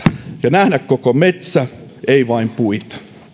ja nähdä koko metsä ei vain puita